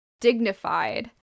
dignified